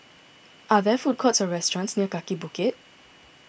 are there food courts or restaurants near Kaki Bukit